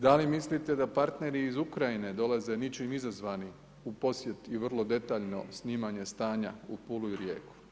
Da li mislite da partneri iz Ukrajine dolaze ničim izazvani u posjet i vrlo detaljno snimanje stanja u Pulu i Rijeku?